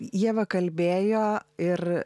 ieva kalbėjo ir